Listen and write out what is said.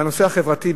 בנושא החברתי,